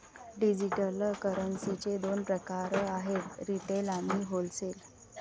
digital करन्सीचे दोन प्रकार आहेत रिटेल आणि होलसेल